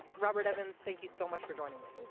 robert evans thank you so much for joining me.